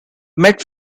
met